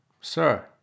Sir